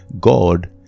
God